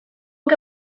que